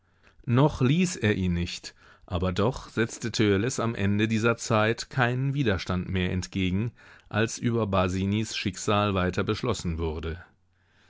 noch ließ er ihn nicht aber doch setzte törleß am ende dieser zeit keinen widerstand mehr entgegen als über basinis schicksal weiter beschlossen wurde